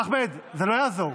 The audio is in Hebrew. אחמד, זה לא יעזור.